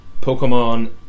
Pokemon